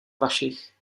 vašich